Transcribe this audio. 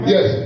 Yes